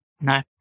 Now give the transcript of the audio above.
No